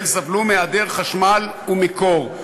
סבל מהיעדר חשמל ומקור.